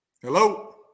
Hello